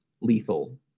lethal